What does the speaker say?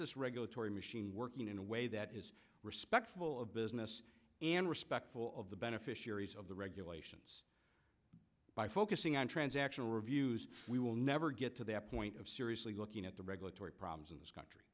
this regulatory machine working in a way that is respectful of business and respectful of the beneficiaries of the regulations by focusing on transactional reviews we will never get to that point of seriously looking at the regulatory problems in this country